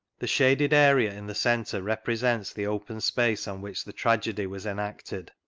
the shaded area in the centre represents the open space on which the tragedy was enacted.